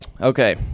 okay